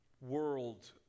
world